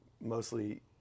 mostly